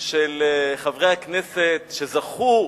של חברי הכנסת שזכו